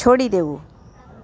છોડી દેવું